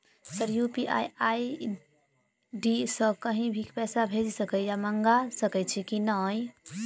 Sir UPI ID सँ कहि भी पैसा भेजि सकै या मंगा सकै छी की न ई?